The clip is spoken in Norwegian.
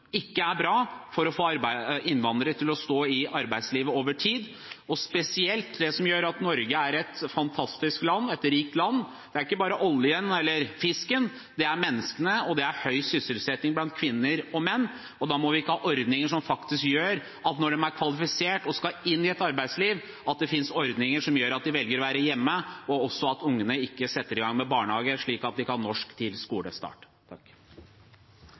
ikke er bra for å få innvandrere til å stå i arbeidslivet over tid. Og så er det spesielt det som gjør at Norge er et fantastisk og rikt land – det er ikke bare oljen eller fisken: Det er menneskene, og det er høy sysselsetting blant kvinner og menn. Da må vi ikke ha ordninger som gjør at når de er kvalifisert og skal inn i et arbeidsliv, velger de å være hjemme, og at ungene ikke kommer seg i barnehage, slik at de kan norsk til skolestart.